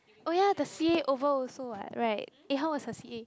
oh ya the C_A over also what right eh how was your C_A